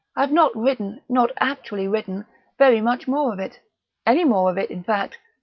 i've not written not actually written very much more of it any more of it, in fact.